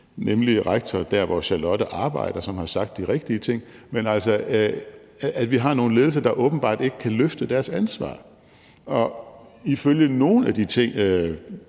nemlig rektor dér, hvor Charlotte arbejder, som har sagt de rigtige ting – åbenbart ikke kan løfte deres ansvar. Og ifølge nogle af de